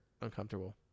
uncomfortable